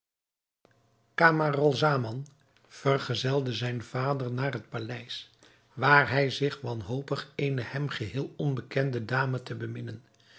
camaralzaman vergezelde zijn vader naar het paleis waar hij zich wanhopig eene hem geheel onbekende dame te beminnen